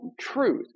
truth